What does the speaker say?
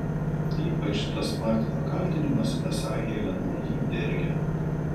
ypač tas martino kaltinimas esą helena jį dergia